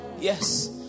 Yes